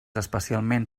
especialment